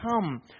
come